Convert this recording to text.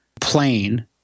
plane